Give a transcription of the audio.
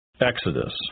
Exodus